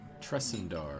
Tresendar